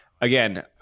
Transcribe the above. again